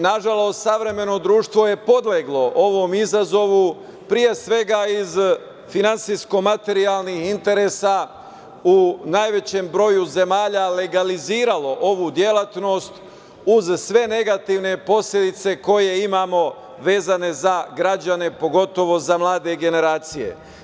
Nažalost, savremeno društvo je podleglo ovom izazovu, pre svega, iz finansijsko-materijalnih interesa u najvećem broju zemalja legaliziralo ovu delatnost, uz sve negativne posledice koje imamo vezane za građane, pogotovo za mlade generacije.